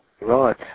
Right